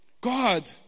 God